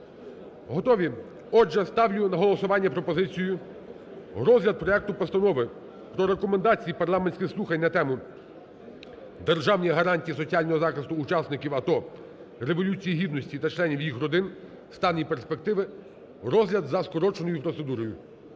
Готові? Отже, ставлю на голосування пропозицію розгляд проекту Постанови про Рекомендації парламентських слухань на тему: "Державні гарантії соціального захисту учасників АТО, Революції Гідності та членів їх родин: стан і перспективи", розгляд за скороченою процедурою.